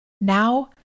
now